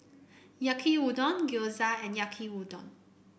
Yaki Udon Gyoza and Yaki Udon